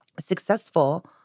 successful